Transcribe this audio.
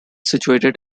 situated